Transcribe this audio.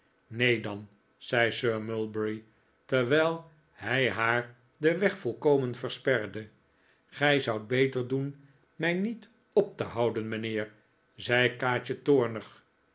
neen dan zei sir mulberry terwijl hij haar den weg volkomen versperde gij zoudt beter doen mij niet op te houden mijnheer zei kaatje toornig